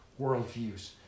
worldviews